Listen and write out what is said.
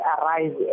arise